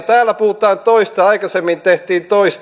täällä puhutaan toista aikaisemmin tehtiin toista